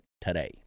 today